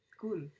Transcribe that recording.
cool